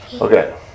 Okay